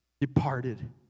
departed